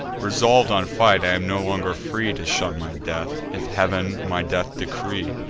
resolv'd on fight, i am no longer free to shun my death, if heav'n my death decree.